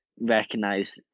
recognize